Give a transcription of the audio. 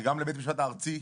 וגם לבית המשפט הארצי,